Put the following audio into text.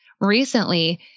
recently